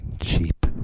cheap